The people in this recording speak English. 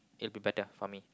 it will be better for me